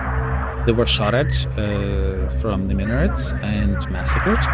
um there were shot at from the minarets and massacred